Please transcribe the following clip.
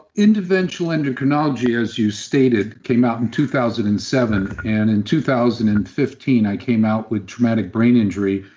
interventional endocrinology as you stated, came out in two thousand and seven. and in two thousand and fifteen, i came out with traumatic brain injury,